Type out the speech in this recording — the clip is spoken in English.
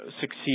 succeed